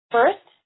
First